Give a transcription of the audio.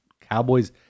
Cowboys